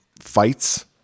fights